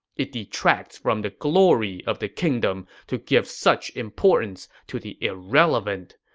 it detracts from the glory of the kingdom to give such importance to the irrelevant.